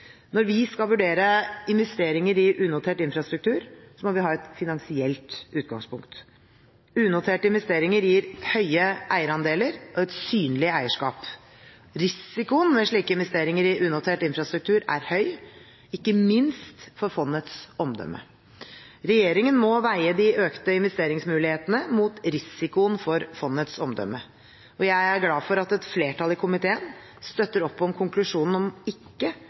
Når vi skal vurdere investeringer i unotert infrastruktur, må vi ha et finansielt utgangspunkt. Unoterte investeringer gir høye eierandeler og et synlig eierskap. Risikoen ved slike investeringer i unotert infrastruktur er høy, ikke minst for fondets omdømme. Regjeringen må veie de økte investeringsmulighetene mot risikoen for fondets omdømme. Jeg er glad for at et flertall i komiteen støtter opp om konklusjonen om ikke